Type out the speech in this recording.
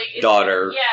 daughter